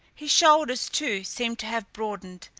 his shoulders, too, seemed to have broadened,